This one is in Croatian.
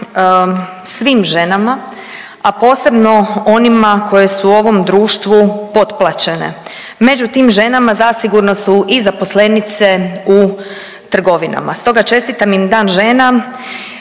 svim ženama, a posebno onima koje su u ovom društvu potplaćene. Među tim ženama zasigurno su i zaposlenice u trgovinama. Stoga čestitam im Dan žena